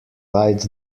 light